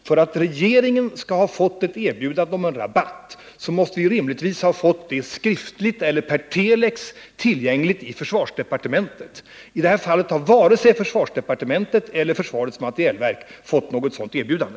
För att regeringen skall kunna utgå från att vi fått ett erbjudande om en rabatt måste vi rimligtvis ha fått ett sådant skriftligt eller per telex till försvarsdepartementet. I det här fallet har varken försvarsdepartementet eller försvarets materielverk fått något sådant erbjudande.